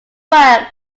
worked